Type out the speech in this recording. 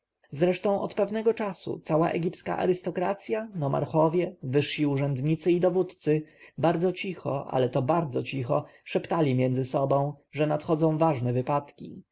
zresztą od pewnego czasu cała egipska arystokracja nomarchowie wyżsi urzędnicy i dowódcy bardzo cicho ale to bardzo cicho szeptali między sobą że nadchodzą ważne wypadki